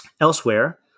Elsewhere